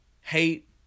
hate